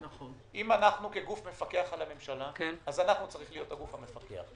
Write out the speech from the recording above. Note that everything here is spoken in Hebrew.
אם אנחנו גוף המפקח על הממשלה אז אנחנו צריכים להיות הגוף המפקח.